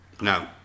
No